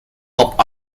hop